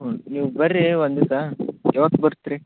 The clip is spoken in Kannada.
ಹ್ಞೂ ನೀವು ಬನ್ರಿ ಒಂದು ದಿವ್ಸ ಯಾವತ್ತು ಬರ್ತೀರಿ